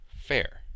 fair